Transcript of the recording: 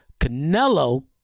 Canelo